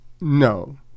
No